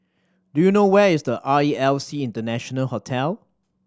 do you know where is R E L C International Hotel